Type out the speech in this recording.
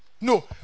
No